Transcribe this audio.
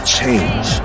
change